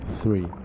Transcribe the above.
three